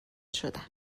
شدم